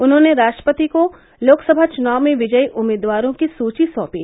उन्होंने राष्ट्रपति को लोकसभा चुनाव में विजयी उम्मीदवारों की सूची सौंपी